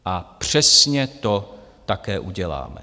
A přesně to také uděláme.